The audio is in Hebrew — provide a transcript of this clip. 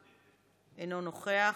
אינו נוכח,